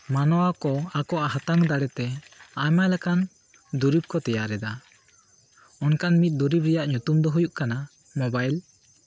ᱢᱟᱱᱣᱟ ᱠᱚ ᱟᱠᱚᱣᱟᱜ ᱦᱟᱛᱟᱝ ᱫᱟᱲᱮᱛᱮ ᱟᱭᱢᱟ ᱞᱮᱠᱟᱱ ᱫᱚᱨᱤᱵᱽ ᱠᱚ ᱛᱮᱭᱟᱨᱮᱫᱟ ᱚᱱᱠᱟᱱ ᱢᱤᱫ ᱫᱩᱨᱩᱵᱽ ᱨᱮᱭᱟᱜ ᱧᱩᱛᱩᱢ ᱫᱚ ᱦᱩᱭᱩᱜ ᱠᱟᱱᱟ ᱢᱳᱵᱟᱭᱤᱞ